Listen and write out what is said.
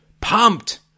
pumped